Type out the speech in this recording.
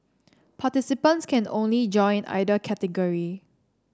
participants can't only join either category